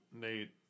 Nate